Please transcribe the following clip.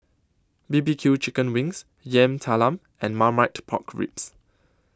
B B Q Chicken Wings Yam Talam and Marmite Pork Ribs